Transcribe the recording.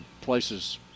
places